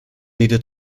needed